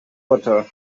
water